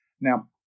now